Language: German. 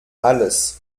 alles